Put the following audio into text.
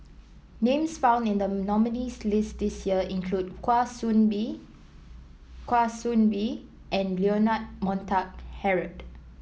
names found in the nominees' list this year include Kwa Soon Bee Kwa Soon Bee and Leonard Montague Harrod